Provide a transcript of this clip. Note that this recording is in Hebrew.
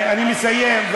אני מסיים.